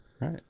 Right